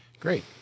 Great